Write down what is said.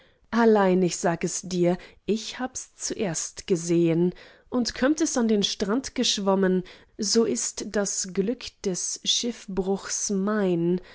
allein ich sag es dir ich habs zuerst gesehn und kömmt es an den strand geschwommen so ist das glück des schiffbruchs mein